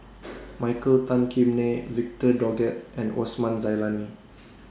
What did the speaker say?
Michael Tan Kim Nei Victor Doggett and Osman Zailani